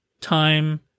time